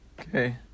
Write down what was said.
Okay